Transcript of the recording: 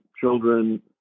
children